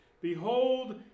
Behold